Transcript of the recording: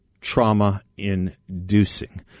trauma-inducing